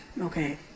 Okay